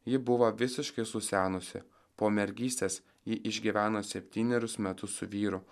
ji buvo visiškai susenusi po mergystės ji išgyveno septynerius metus su vyru